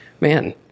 man